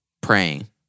praying